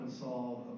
solve